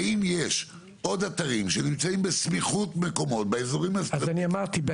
האם יש עוד אתרים שנמצאים בסמיכות מקומות שאפשר